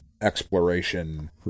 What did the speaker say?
exploration